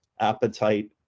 appetite